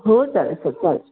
हो चालेल सर चालेल